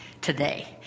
today